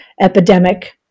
epidemic